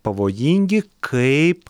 pavojingi kaip